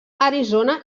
arizona